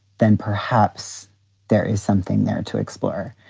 then perhaps there is something there to explore.